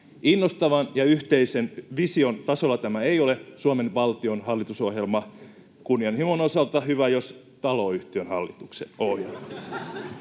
Innostavan ja yhteisen vision tasolla tämä ei ole Suomen valtion hallitusohjelma — kunnianhimon osalta hyvä, jos on taloyhtiön hallituksen ohjelma.